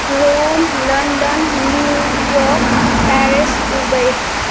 Rome London New York Paris Dubai